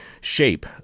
shape